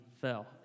fell